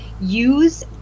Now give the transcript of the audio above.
use